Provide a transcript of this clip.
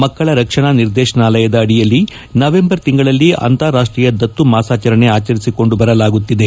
ಮಕ್ಕಳ ರಕ್ಷಣಾ ನಿರ್ದೇಶನಾಲಯದ ಅಡಿಯಲ್ಲಿ ನವೆಂಬರ್ ತಿಂಗಳಲ್ಲಿ ಅಂತರಾಷ್ಷೀಯ ದತ್ತು ಮಾಸಾಚರಣೆ ಆಚರಿಸಿಕೊಂಡು ಬರಲಾಗುತ್ತಿದೆ